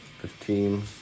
Fifteen